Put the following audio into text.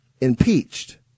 impeached